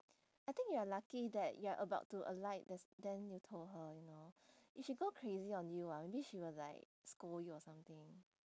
I think you're lucky that you're about to alight that's then you told her you know if she go crazy on you ah maybe she will like scold you or something